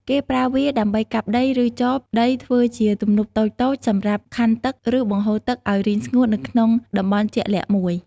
គេប្រើវាដើម្បីកាប់ដី ឬចបដីធ្វើជាទំនប់តូចៗសម្រាប់ខណ្ឌទឹក ឬបង្ហូរទឹកឲ្យរីងស្ងួតនៅក្នុងតំបន់ជាក់លាក់មួយ។